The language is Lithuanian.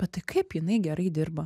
bet tai kaip jinai gerai dirba